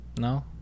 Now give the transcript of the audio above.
No